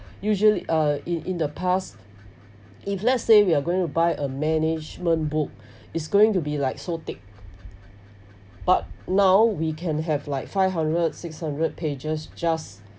usually uh in in the past if let's say you are going to buy a management book it's going to be like so thick but now we can have like five hundred six hundred pages just